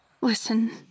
listen